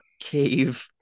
cave